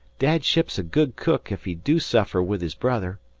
dad ships a good cook ef he do suffer with his brother.